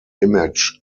image